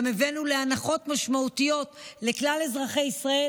גם הבאנו להנחות משמעותיות לכלל אזרחי ישראל,